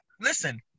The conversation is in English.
listen